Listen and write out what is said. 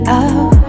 out